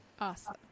Awesome